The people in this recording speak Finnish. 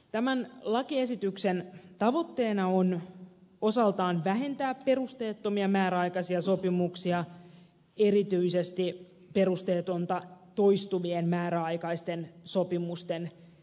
tämän lakiesityksen tavoitteena on osaltaan vähentää perusteettomia määräaikaisia sopimuksia erityisesti perusteetonta toistuvien määräaikaisten sopimusten käyttöä